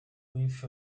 with